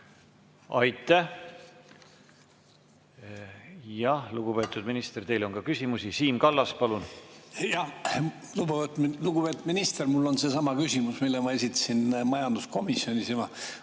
Aitäh! Lugupeetud minister, teile on ka küsimusi. Siim Kallas, palun! Lugupeetud minister! Mul on seesama küsimus, mille ma esitasin majanduskomisjonis.